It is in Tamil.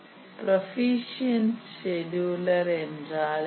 புரொபிசியன்ட் செடியுலர் என்றால் என்ன